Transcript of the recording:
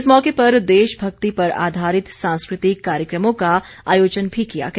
इस मौके पर देश भक्ति पर आधारित सांस्कृतिक कार्यक्रमों का आयोजन भी किया गया